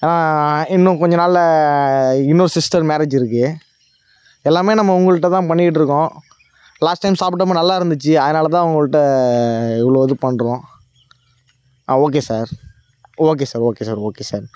இன்னும் கொஞ்ச நாளில் இன்னொரு சிஸ்டர் மேரேஜ் இருக்குது எல்லாமே நம்ம உங்கள்கிட்ட தான் பண்ணிகிட்டு இருக்கோம் லாஸ்ட் டைம் சாப்பிட்டோமா நல்லா இருந்துச்சு அதனால் தான் உங்கள்கிட்ட இவ்வளோது பண்ணுறோம் ஆ okay sir okay sir okay sir okay sir